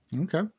Okay